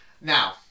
Now